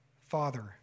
father